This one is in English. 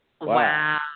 Wow